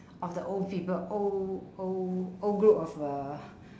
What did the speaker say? of the old people old old old group of uh